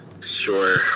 Sure